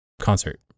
concert